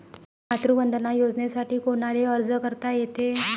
मातृवंदना योजनेसाठी कोनाले अर्ज करता येते?